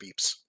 beeps